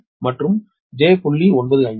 266 மற்றும் j0